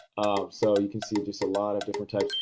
so you can see just a lot of different types.